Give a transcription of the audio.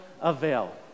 avail